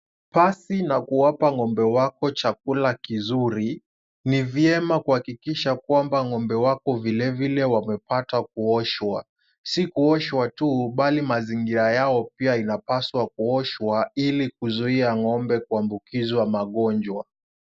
Pasi na kuwapa ng'ombe wako chakula kizuri, ni vyema kuhakikisha kwamba ng'ombe wako vilevile wamepata kuoshwa, si kuoshwa tu bali mazingira yao pia inapaswa kuoshwa ili kuzuia ng'ombe kuambukizwa magonjwa.